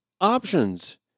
options